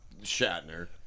Shatner